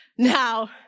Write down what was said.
Now